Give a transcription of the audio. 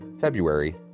February